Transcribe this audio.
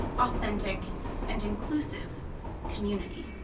authentic and inclusive community.